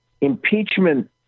impeachment